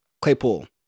Claypool